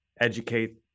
educate